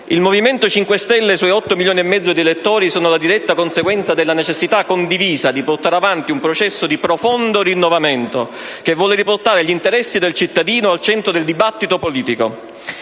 Il Movimento 5 Stelle e i suoi 8 milioni e mezzo di elettori sono la diretta conseguenza della necessità condivisa di portare avanti un processo di profondo rinnovamento, che vuole riportare gli interessi del cittadino al centro del dibattito politico.